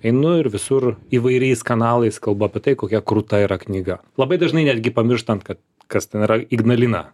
einu ir visur įvairiais kanalais kalbu apie tai kokia krūta yra knyga labai dažnai netgi pamirštant kad kas ten yra ignalina